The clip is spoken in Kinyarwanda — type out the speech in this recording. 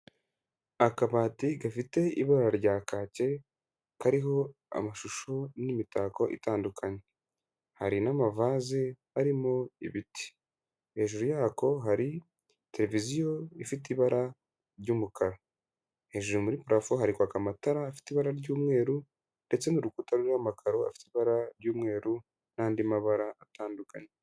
Akabati gafite ibara rya kate kariho amashusho n'imitako itandukanye hari n'amavazi arimo ibiti hejuru yako hari televiziyo ifite ibara ry'umukara, hejuru muri parafo hari kwaka amatara afite ibara ry'umweru ndetse n'urukuta ruriho amakaro afite ibara ry'umweru n'andi mabara atandukanye.